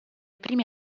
primi